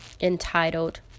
entitled